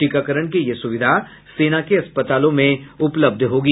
टीकाकरण की यह सुविधा सेना के अस्पतालों में उपलब्ध होगी